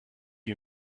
you